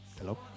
Hello